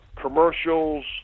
commercials